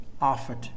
offered